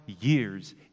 years